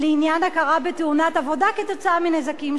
הכרה בתאונת עבודה כתוצאה מנזקים שונים.